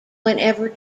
whenever